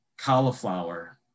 cauliflower